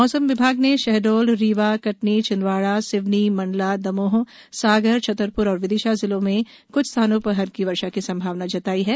मौसम विभाग ने शहडोल रीवा कटनी छिंदवाड़ा सिवनी मंडला दमोह सागर छतरप्र और विदिशा जिलों में क्छ स्थानों पर हल्की वर्षा की संभावना जताई है